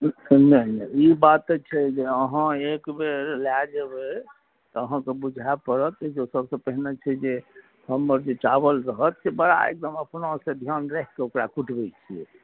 नहि नहि ई बात तऽ छै जे अहाँ एकबेर लऽ जेबै तऽ अहाँके बुझा पड़त जे ओ सबसँ पहिने छै जे हमर जे चावल रहत से बड़ा एकदम अपनासँ धिआन राखिकऽ ओकरा कुटबै छिए